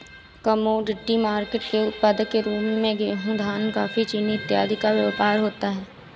commodity market के उत्पाद के रूप में गेहूं धान कॉफी चीनी इत्यादि का व्यापार होता है